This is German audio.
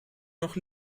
noch